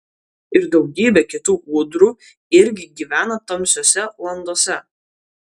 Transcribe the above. ir daugybė kitų ūdrų irgi gyvena tamsiose landose